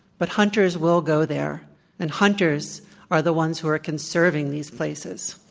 but hunters will go there and hunters are the ones who are conserving these places.